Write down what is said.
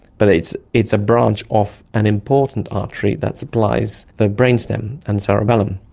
but it's it's a branch off an important artery that supplies the brain stem and cerebellum.